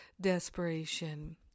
desperation